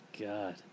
God